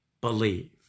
believe